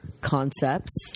concepts